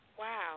Wow